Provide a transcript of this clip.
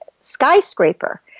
skyscraper